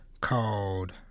called